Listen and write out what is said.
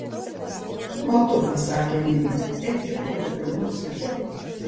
o tu pasakė minė eik džiūgauti kur nors kitur